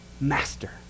Master